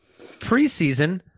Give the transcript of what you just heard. preseason